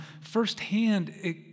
firsthand